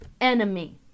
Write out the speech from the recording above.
enemy